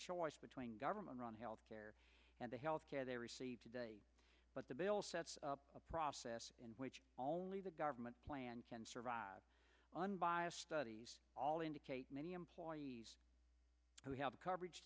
choice between government run health care and the health care they receive today but the bill sets up a process in which only the government plan can survive unbiased studies all indicate many employees who have coverage